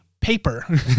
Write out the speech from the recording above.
paper